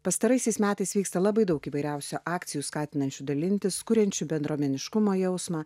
pastaraisiais metais vyksta labai daug įvairiausių akcijų skatinančių dalintis kuriančiu bendruomeniškumo jausmą